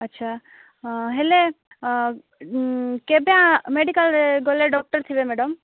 ଆଚ୍ଛା ହଁ ହେଲେ କେବେ ମେଡ଼ିକାଲ୍ରେ ଗଲେ ଡକ୍ଟର୍ ଥିବେ ମ୍ୟାଡ଼ାମ୍